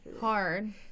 hard